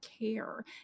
care